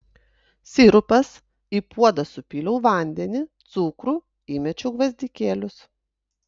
sirupas į puodą supyliau vandenį cukrų įmečiau gvazdikėlius